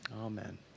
Amen